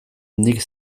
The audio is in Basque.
nik